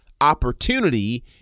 opportunity